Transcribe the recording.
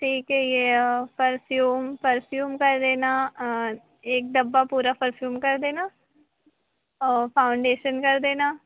ठीक है ये परफ़्यूम परफ़्यूम कर देना एक डब्बा पूरा परफ़्यूम कर देना और फ़ाउंडेशन कर देना